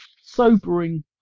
sobering